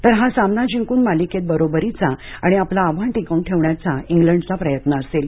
तर हा सामना जिंकून मालिकेत बरोबरीचा आणि आपलं आव्हान टिकवून ठेवण्याचा इंग्लंडचा प्रयत्न असेल